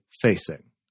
facing